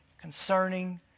concerning